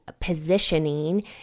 positioning